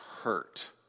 hurt